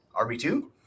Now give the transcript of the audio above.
RB2